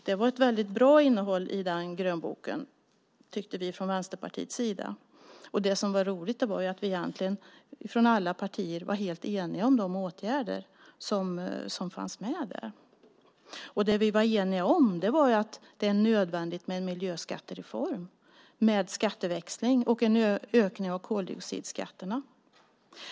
Det var ett väldigt bra innehåll i den grönboken tyckte vi från Vänsterpartiets sida. Det som var roligt var att vi egentligen från alla partier var helt eniga om de åtgärder som fanns med där. Det vi var eniga om var att det är nödvändigt med en miljöskattereform med skatteväxling och en ökning av koldioxidskatterna.